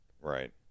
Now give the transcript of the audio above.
Right